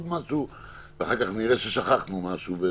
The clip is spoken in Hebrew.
ואחר כך נראה ששכחנו משהו.